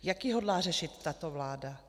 Jak ji hodlá řešit tato vláda?